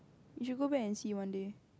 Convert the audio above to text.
you should go back and see one day